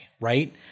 right